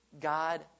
God